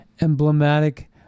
emblematic